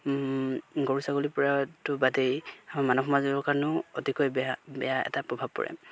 গৰু ছাগলীৰ পৰাটো বাদেই মানস সমাজৰ কাৰণেও অতিকৈ বেয়া বেয়া এটা প্ৰভাৱ পৰে